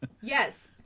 Yes